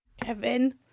Kevin